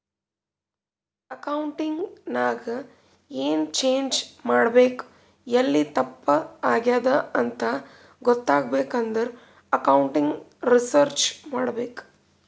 accounting ನಾಗ್ ಎನ್ change ಮಾಡ್ಬೇಕ್ ಎಲ್ಲಿ ತಪ್ಪ ಆಗ್ಯಾದ್ ಅಂತ ಗೊತ್ತಾಗ್ಬೇಕ ಅಂದುರ್ ಅಕೌಂಟಿಂಗ್ ರಿಸರ್ಚ್ ಮಾಡ್ಬೇಕ್